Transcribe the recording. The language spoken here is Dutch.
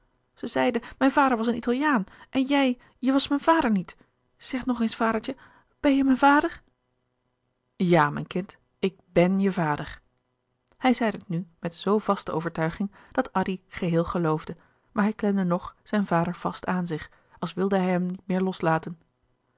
ze zeiden mijn vader was een italiaan en jij je was mijn vader niet zeg nog eens vadertje ben je mijn vader ja mijn kind ik bèn je vader hij zeide het nu met zo vaste overtuiging dat addy geheel geloofde maar hij klemde nog zijn vader vast aan zich als wilde hij hem niet meer los